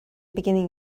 beginning